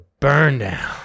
burndown